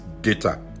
data